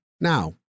now